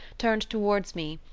turned towards me,